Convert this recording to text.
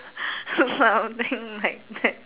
so something like that